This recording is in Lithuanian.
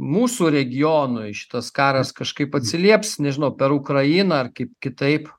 mūsų regionui šitas karas kažkaip atsilieps nežinau per ukrainą ar kaip kitaip